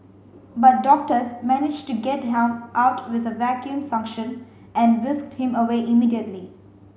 but doctors managed to get harm out with the vacuum suction and whisked him away immediately